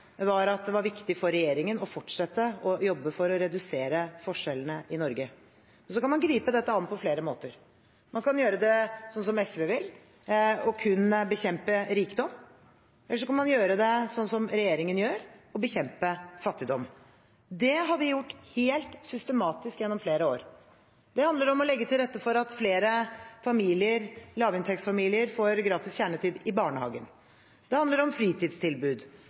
var at det var viktig for regjeringen å fortsette å jobbe for å redusere forskjellene i Norge. Så kan man gripe dette an på flere måter. Man kan gjøre det sånn som SV vil: kun å bekjempe rikdom. Eller man kan gjøre det sånn som regjeringen gjør: å bekjempe fattigdom. Det har vi gjort helt systematisk gjennom flere år. Det handler om å legge til rette for at flere lavinntektsfamilier får gratis kjernetid i barnehagen. Det handler om fritidstilbud.